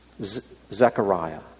Zechariah